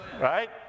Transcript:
Right